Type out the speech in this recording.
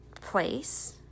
place